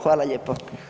Hvala lijepo.